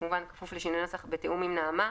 כמובן כפוף לשינויי נוסח בתיאום עם נעמה,